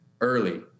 early